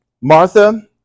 Martha